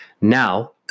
Now